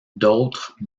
d’autres